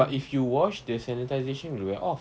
but if you wash the sanitisation will wear off